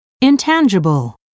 intangible